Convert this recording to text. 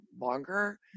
longer